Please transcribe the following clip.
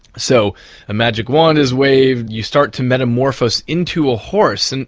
so a magic wand is waved, you start to metamorphose into a horse. and